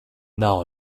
nav